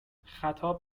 خطاب